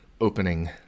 opening